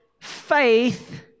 faith